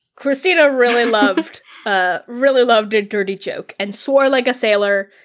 kristina really loved ah really loved a dirty joke and swore like a sailor.